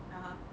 (uh huh)